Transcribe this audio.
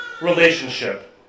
relationship